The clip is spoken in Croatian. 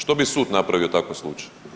Što bi sud napravio u takvom slučaju?